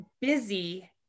busy